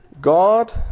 God